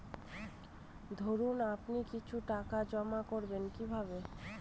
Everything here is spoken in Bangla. ধরুন আপনি কিছু টাকা জমা করবেন কিভাবে?